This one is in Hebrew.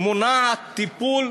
מונעת טיפול.